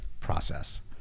process